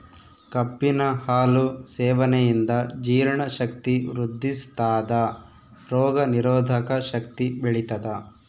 ಕಬ್ಬಿನ ಹಾಲು ಸೇವನೆಯಿಂದ ಜೀರ್ಣ ಶಕ್ತಿ ವೃದ್ಧಿಸ್ಥಾದ ರೋಗ ನಿರೋಧಕ ಶಕ್ತಿ ಬೆಳಿತದ